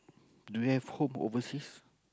do you have home overseas